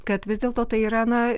kad vis dėlto tai yra na